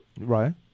Right